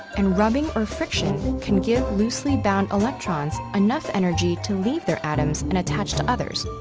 and rubbing or friction can give loosely bound electrons enough energy to leave their atoms and attach to others,